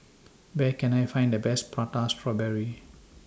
Where Can I Find The Best Prata Strawberry